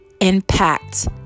impact